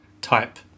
type